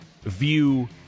view